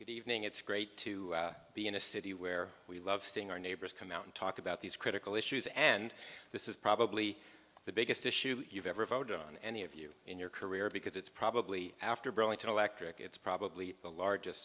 good evening it's great to be in a city where we love seeing our neighbors come out and talk about these critical issues and this is probably the biggest issue you've ever voted on any of you in your career because it's probably after burlington electric it's probably the largest